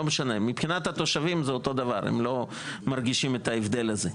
לא משנה מבחינת התושבים זה אותו דבר הם לא מרגישים את ההבדל הזה.